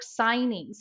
signings